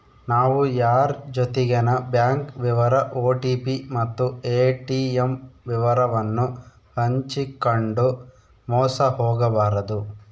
ನಾವು ಯಾರ್ ಜೊತಿಗೆನ ಬ್ಯಾಂಕ್ ವಿವರ ಓ.ಟಿ.ಪಿ ಮತ್ತು ಏ.ಟಿ.ಮ್ ವಿವರವನ್ನು ಹಂಚಿಕಂಡು ಮೋಸ ಹೋಗಬಾರದು